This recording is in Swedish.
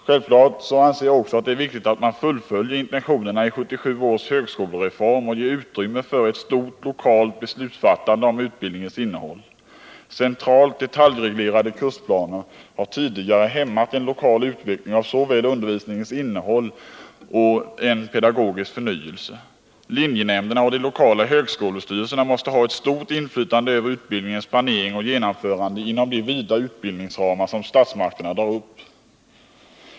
Självfallet anser även jag att det är viktigt att fullfölja intentionerna i 1977 års högskolereform och ge utrymme för ett stort lokalt beslutsfattande om utbildningens innehåll. Centralt detaljreglerade kursplaner har tidigare hämmat en lokal utveckling av såväl undervisningens innehåll som en pedagogisk förnyelse. Linjenämnderna och de lokala högskolestyrelserna måste ha ett stort inflytande över utbildningens planering och genomförande inom de vida utbildningsramar som statsmakterna drar upp.